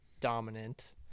dominant